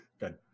Good